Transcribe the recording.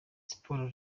siporo